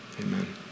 Amen